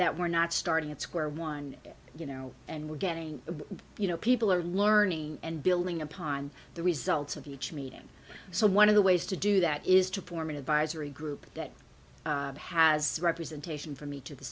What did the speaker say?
that we're not starting at square one you know and we're getting you know people are learning and building upon the results of each meeting so one of the ways to do that is to perform an advisory group that has representation for me to the